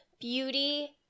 beauty